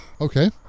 Okay